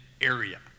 area